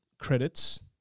Credits